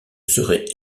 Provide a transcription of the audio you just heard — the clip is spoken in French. serait